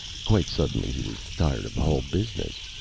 quite suddenly, he was tired of the whole business.